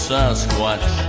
Sasquatch